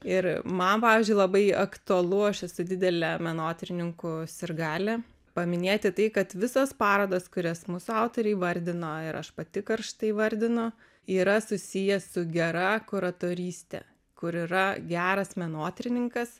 ir man pavyzdžiui labai aktualu aš esu didelė menotyrininkų sirgalė paminėti tai kad visos parodos kurias mūsų autoriai įvardino ir aš pati karštai įvardinu yra susiję su gera kuratoryste kur yra geras menotyrininkas